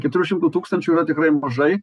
keturių šimtų tūkstančių yra tikrai mažai